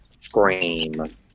scream